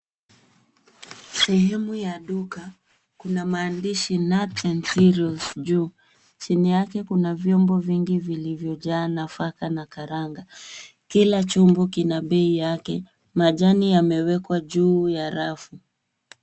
Sehemu ya duka ,kuna maandishi nuts and cereals juu. Chini yake kuna vyombo vingi vilivyojaa nafaka na karanga. Kila chombo kina bei yake, majani yamewekwa juu ya rafu.